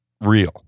real